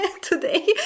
today